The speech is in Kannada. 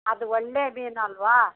ಅದು ಒಳ್ಳೆಯ ಮೀನು ಅಲ್ಲವಾ